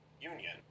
union